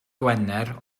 gwener